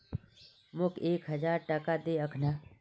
मोक एक हजार टका दे अखना